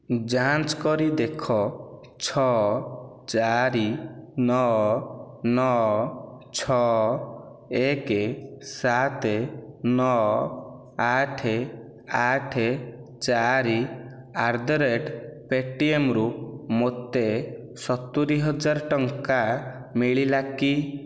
ଯାଞ୍ଚ୍ କରି ଦେଖ ଛଅ ଚାରି ନଅ ନଅ ଛଅ ଏକ ସାତ ନଅ ଆଠ ଆଠ ଚାରି ଆଟ୍ ଦ ରେଟ୍ ପେଟିଏମ୍ ରୁ ମୋତେ ସତୁରି ହଜାର ଟଙ୍କା ମିଳିଲା କି